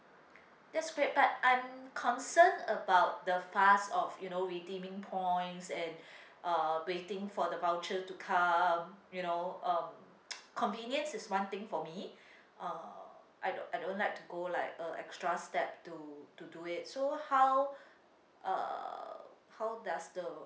that's great but I'm concerned about the fast of you know redeeming points and uh waiting for the voucher to come you know um convenience is one thing for me uh I don't I don't like to go like uh extra step to to do it so how uh how does the